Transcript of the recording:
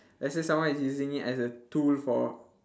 especially someone is using it as a tool for